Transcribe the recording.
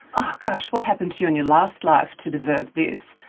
oh gosh, what happened to you in your last life to deserve this?